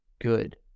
good